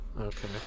Okay